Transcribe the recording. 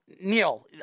Neil